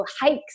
hikes